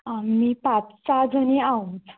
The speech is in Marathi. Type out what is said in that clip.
आम्ही पाच सहा जणी आहोत